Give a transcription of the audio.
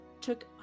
took